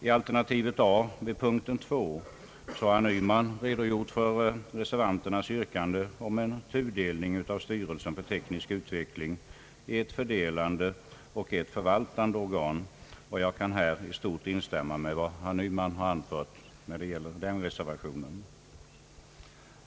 I reservation A vid punkterna 2 och 3 har herr Nyman redogjort för reservanternas yrkande om en tudelning av styrelsen för teknisk utveckling i ett fördelande och ett förvaltande organ, och jag kan här i stort sett instämma i vad herr Nyman anfört, då det gäller denna reservation.